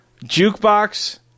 jukebox